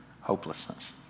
hopelessness